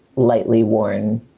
lightly worn